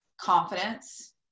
confidence